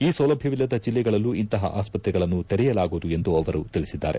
ಈ ಸೌಲಭ್ಯವಿಲ್ಲದ ಜಿಲ್ಲೆಗಳಲ್ಲೂ ಇಂತಪ ಆಸ್ಪತ್ರೆಗಳನ್ನು ತೆರೆಯಲಾಗುವುದು ಎಂದು ಅವರು ತಿಳಿಸಿದ್ದಾರೆ